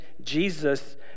Jesus